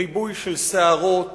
ריבוי של סערות,